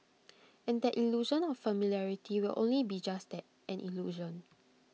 and that illusion of familiarity will only be just that an illusion